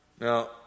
Now